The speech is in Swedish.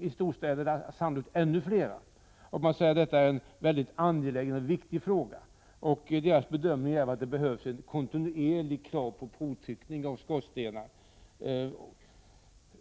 i storstäderna, sannolikt ännu fler, inte skulle klara en provtryckning. Man framhåller att detta är en mycket angelägen och viktig fråga. Enligt föreningens bedömning behövs det krav på kontinuerlig provtryckning av skorstenar.